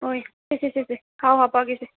ꯍꯣꯏ ꯁꯦ ꯁꯦ ꯁꯦ ꯁꯦ ꯈꯥꯎ ꯍꯥꯄꯛꯂꯒꯦ ꯁꯦ